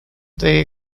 they